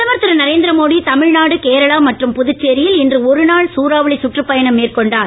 பிரதமர் திரு நரேந்திர மோடிஇ தமிழ்நாடுஇ கேரளா மற்றும் புதுச்சேரியில்இ இன்று ஒருநாள் சூறாவளி சுற்றுப் பயணம் மேற்கொண்டார்